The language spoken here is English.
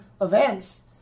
events